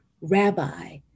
rabbi